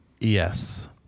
Yes